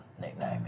nickname